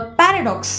paradox